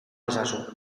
ezazu